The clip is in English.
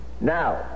Now